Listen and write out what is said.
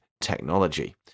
technology